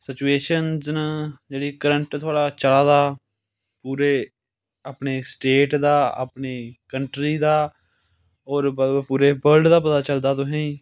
situations न जेह्ड़ा current थुआढ़ा चला दा पूरे अपने स्टेट दा अपनी कंट्री दा होर पूरे वर्ल्ड दा पता चलदा तुसेंगी